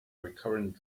recurrent